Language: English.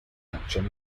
action